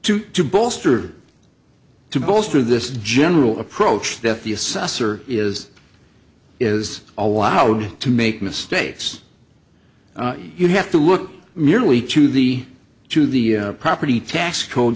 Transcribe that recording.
to to bolster to bolster this general approach that the assessor is is allowed to make mistakes you have to look merely to the to the property tax code